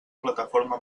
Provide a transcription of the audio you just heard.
plataforma